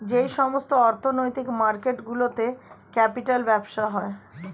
যেই সমস্ত অর্থনৈতিক মার্কেট গুলোতে ক্যাপিটাল ব্যবসা হয়